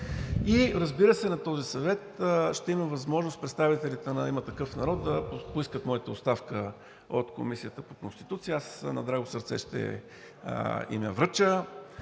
И разбира се, на този съвет ще има възможност представителите на „Има такъв народ“ да поискат моята оставка от Комисията по конституция – аз на драго сърце ще им я връча.